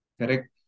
Correct